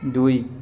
ଦୁଇ